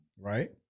Right